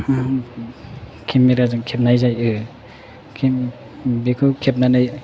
केमेराजों खेबनाय जायो बेखौ खेबनानै